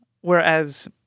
Whereas